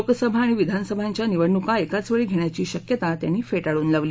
लोकसभा आणि विधानसभांच्या निवडणुका एकाचवेळी घेण्याची शक्यता त्यांनी फेटाळून लावली